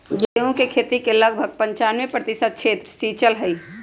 गेहूं के खेती के लगभग पंचानवे प्रतिशत क्षेत्र सींचल हई